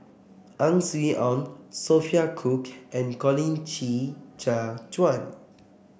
Ang Swee Aun Sophia Cooke and Colin Qi Zhe Quan